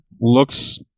looks